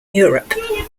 europe